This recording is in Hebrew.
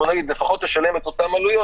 לפחות תשלם את אותן עלויות,